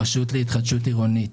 הרשות להתחדשות עירונית,